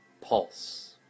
pulse